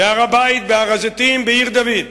בהר-הבית, בהר-הזיתים, בעיר-דוד,